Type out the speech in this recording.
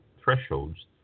thresholds